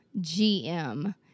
GM